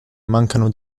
mancano